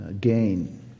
gain